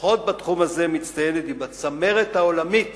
לפחות בתחום הזה, מצטיינת, והיא בצמרת העולמית